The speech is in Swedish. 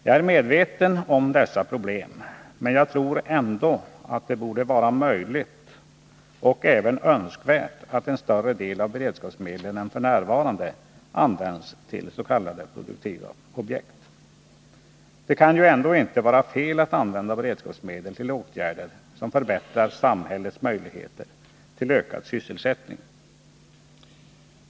Jag är medveten om dessa problem, men jag tror ändå att det borde vara möjligt och även önskvärt att en större del av beredskapsmedlen än f. n. används tills.k. produktiva objekt. Det kan ju ändå inte vara fel att använda beredskapsmedel till åtgärder som förbättrar samhällets möjligheter till ökad sysselsättning.